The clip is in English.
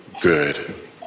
good